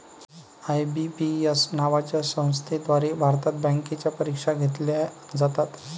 IBPS नावाच्या संस्थेद्वारे भारतात बँकांच्या परीक्षा घेतल्या जातात